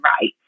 right